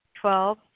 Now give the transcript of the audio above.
Twelve